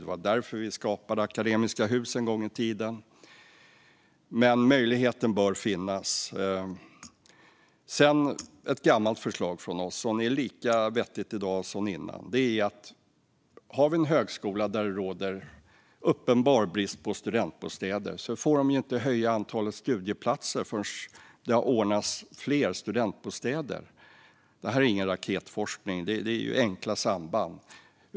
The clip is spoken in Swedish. Det var därför vi en gång i tiden skapade Akademiska Hus. Men möjligheten bör finnas. Det finns ett gammalt förslag från oss som är lika vettigt i dag som tidigare. Har vi en högskola där det råder uppenbar brist på studentbostäder får de inte höja antalet studieplatser förrän de har ordnat fler studentbostäder. Det är ingen raketforskning. Det är enkla samband.